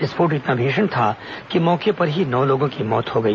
विस्फोट इतना भीषण था कि मौके पर ही नौ लोगों की मौत हो गई